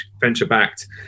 venture-backed